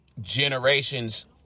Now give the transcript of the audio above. generations